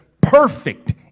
perfect